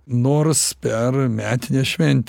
nors per metinę švent